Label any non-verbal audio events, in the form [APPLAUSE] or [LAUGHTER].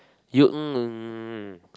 you [NOISE]